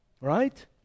Right